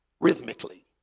rhythmically